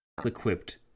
equipped